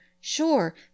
Sure